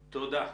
תודה.